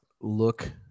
look